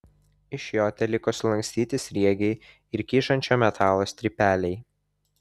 iš jo teliko sulankstyti sriegiai ir kyšančio metalo strypeliai